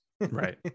Right